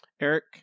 Eric